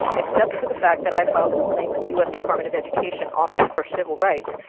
except for the fact that i filed a complaint with the u s. department of education, office for civil rights.